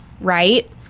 right